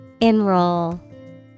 Enroll